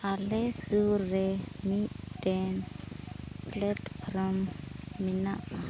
ᱟᱞᱮ ᱥᱩ ᱨᱮ ᱢᱤᱫᱴᱮᱱ ᱯᱞᱟᱴᱯᱷᱨᱚᱢ ᱢᱮᱱᱟᱜᱼᱟ